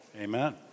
Amen